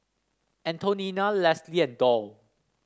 Antonina Lesly and Doll